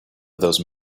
those